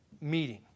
meeting